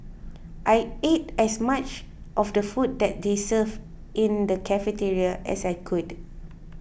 I ate as much of the food that they served in the cafeteria as I could